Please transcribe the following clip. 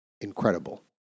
incredible